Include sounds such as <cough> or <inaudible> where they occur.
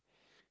<breath>